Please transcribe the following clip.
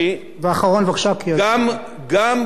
גם בנושאים אחרים,